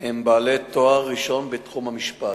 הם בעלי תואר ראשון בתחום המשפט,